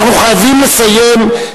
אנחנו חייבים לסיים,